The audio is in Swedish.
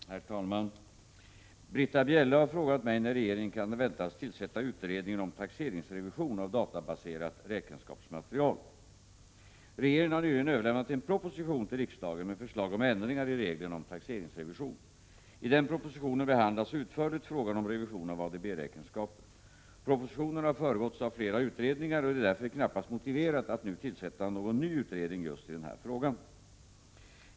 Herr talman! Britta Bjelle har frågat mig när regeringen kan väntas tillsätta utredningen om taxeringsrevision av databaserat räkenskapsmaterial. Regeringen har nyligen överlämnat en proposition till riksdagen med förslag om ändringar i reglerna om taxeringsrevision. I den propositionen behandlas utförligt frågan om revision av ADB-räkenskaper. Propositionen har föregåtts av flera utredningar och det är därför knappast motiverat att nu tillsätta någon ny utredning just i den här frågan.